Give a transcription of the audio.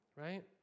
right